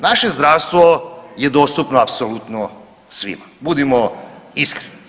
Naše zdravstvo je dostupno apsolutno svima, budimo iskreni.